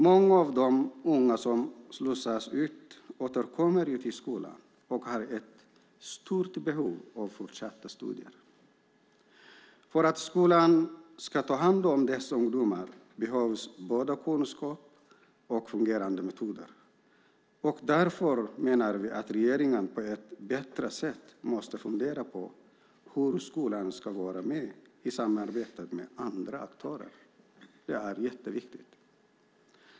Många av de unga som slussas ut återkommer till skolan och har ett stort behov av fortsatta studier. För att skolan ska kunna ta hand om dessa ungdomar behövs både kunskap och fungerande metoder. Därför menar vi att regeringen på ett bättre sätt måste fundera på hur skolan ska vara med i samarbetet med andra aktörer. Det är mycket viktigt.